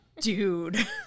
dude